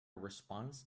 response